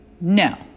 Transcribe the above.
No